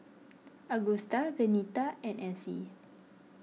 Augusta Venita and Essie